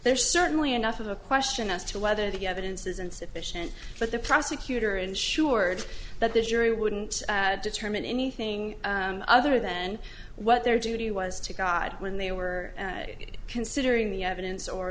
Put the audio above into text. there's certainly enough of a question as to whether the evidence is insufficient but the prosecutor ensured that the jury wouldn't determine anything other than what their duty was to god when they were considering the evidence or